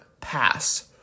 pass